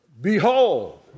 behold